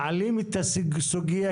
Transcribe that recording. שלום לכולם,